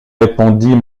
répondit